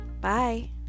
bye